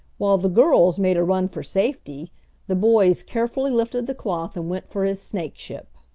while the girls made a run for safety the boys carefully lifted the cloth and went for his snakeship.